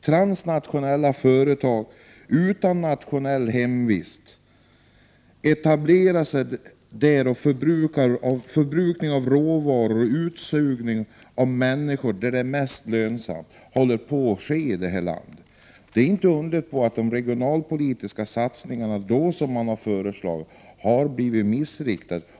Transnationella företag utan nationell hemvist etablerar sig, och en förbrukning av råvaror och en utsugning av människor där det är mest lönsamt håller på att ske i detta land. Det är inte underligt att de regionalpolitiska satsningar som har föreslagits har blivit missriktade.